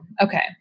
Okay